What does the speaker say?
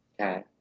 Okay